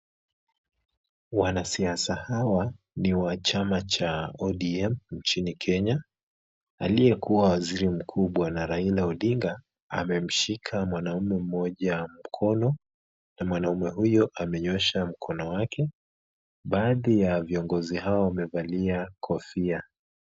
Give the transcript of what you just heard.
Wanasiasa hawa ni wa chama cha ODM nchini Kenya. Aliyekuwa waziri mkuu bwana Raila Odinga, amemshika mwanaume mmoja mkono na mwanaume huyo amenyosha mkono wake. Baadhi ya viongozi hao wamevalia kofia.